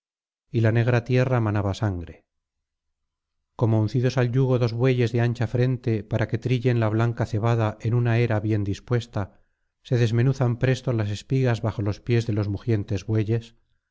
y la negra tierra manaba sangre como uncidos al yugo dos bueyes de ancha frente para que trillen la blanca cebada en una era bien dispuesta se desmenuzan presto las espigas bajo los pies de los mugientes bueyes